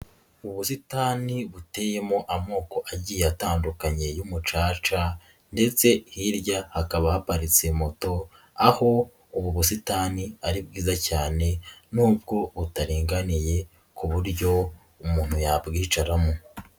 Ubusitani buteyemo amoko agiye atandukanye y'umucaca ndetse hirya hakaba haparitse moto, aho ubu busitani ari bwiza cyane, nubwo butaringaniye ku buryo umuntu yabwicaramo.